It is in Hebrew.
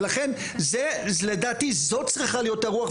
ולכן לדעתי זו צריכה להיות הרוח,